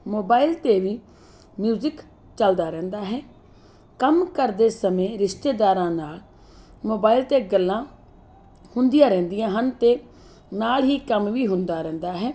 mobile 'ਤੇ ਵੀ music ਚਲਦਾ ਰਹਿੰਦਾ ਹੈ ਕੰਮ ਕਰਦੇ ਸਮੇਂ ਰਿਸ਼ਤੇਦਾਰਾਂ ਨਾਲ ਮੋਬਾਇਲ 'ਤੇ ਗੱਲਾਂ ਹੁੰਦੀਆਂ ਰਹਿੰਦੀਆਂ ਹਨ ਅਤੇ ਨਾਲ ਹੀ ਕੰਮ ਵੀ ਹੁੰਦਾ ਰਹਿੰਦਾ ਹੈ